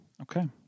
Okay